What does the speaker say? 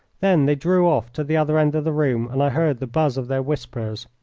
then they drew off to the other end of the room, and i heard the buzz of their whispers.